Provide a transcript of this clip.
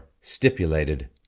stipulated